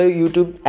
YouTube